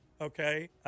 Okay